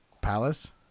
Palace